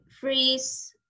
freeze